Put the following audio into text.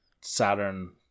Saturn